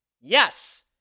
yes